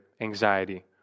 anxiety